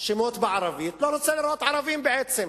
שמות בערבית לא רוצה לראות ערבים בעצם.